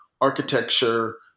architecture